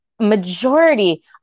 Majority